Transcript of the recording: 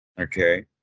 Okay